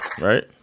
right